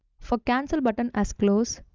for cancel button as close,